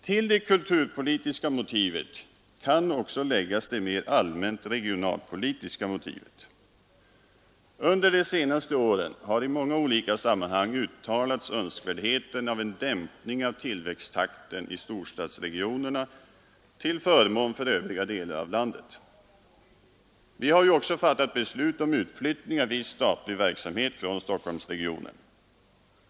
Till det kulturpolitiska motivet kan också läggas det mera allmänt regionalpolitiska motivet. Under de senaste åren har i många olika sammanhang uttalats önskvärdheten av en dämpning av tillväxttakten i storstadsregionerna till förmån för övriga delar av landet. Vi har ju också fattat beslut om utflyttning av viss statlig verksamhet från Stockholmsregionen.